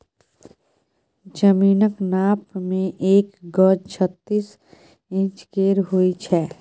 जमीनक नाप मे एक गज छत्तीस इंच केर होइ छै